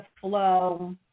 flow